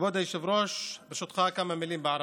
כבוד היושב-ראש, ברשותך, כמה מילים בערבית.